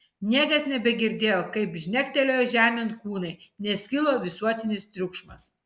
niekas nebegirdėjo kaip žnektelėjo žemėn kūnai nes kilo visuotinis triukšmas